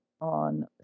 on